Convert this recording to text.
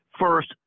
First